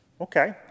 Okay